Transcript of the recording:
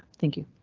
thank you.